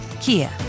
Kia